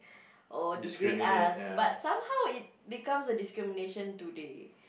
oh degrade us but somehow it becomes a discrimination today